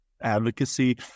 advocacy